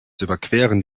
überqueren